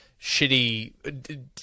shitty